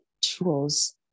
tools